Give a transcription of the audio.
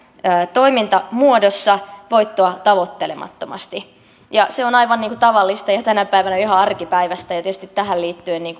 toimintamuodossa voittoa tavoittelemattomasti se on aivan tavallista ja ja tänä päivänä ihan arkipäiväistä ja tietysti tähän liittyen